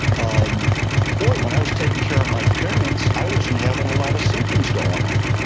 um boy, when i was taking care of my parents, i wasn't having a lot of symptoms going on.